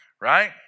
right